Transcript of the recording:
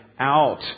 out